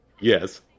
Yes